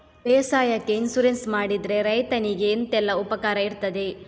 ಬೇಸಾಯಕ್ಕೆ ಇನ್ಸೂರೆನ್ಸ್ ಮಾಡಿದ್ರೆ ರೈತನಿಗೆ ಎಂತೆಲ್ಲ ಉಪಕಾರ ಇರ್ತದೆ?